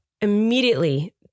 immediately